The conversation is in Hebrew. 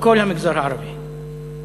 כל המגזר הערבי,